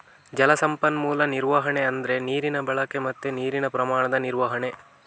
ಜಲ ಸಂಪನ್ಮೂಲ ನಿರ್ವಹಣೆ ಅಂದ್ರೆ ನೀರಿನ ಬಳಕೆ ಮತ್ತೆ ನೀರಿನ ಪ್ರಮಾಣದ ನಿರ್ವಹಣೆ